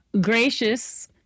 gracious